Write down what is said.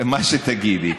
מה שתגידי,